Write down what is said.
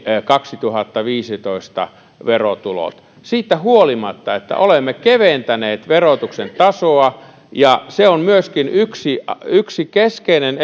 kaksituhattaviisitoista verotulot siitä huolimatta että olemme keventäneet verotuksen tasoa se on myöskin yksi yksi keskeinen